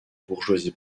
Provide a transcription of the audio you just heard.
bourgeoisie